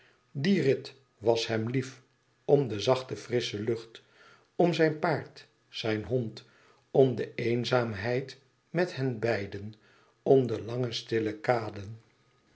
die rit was hem lief om de zacht frissche lucht om zijn paard zijn hond om de eenzaamheid met hen beiden om de lange stille kaden